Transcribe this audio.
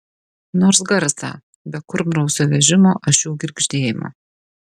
nors garsą be kurmrausio vežimo ašių girgždėjimo